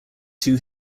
two